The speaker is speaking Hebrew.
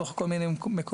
בתוך כל מיני מקומות,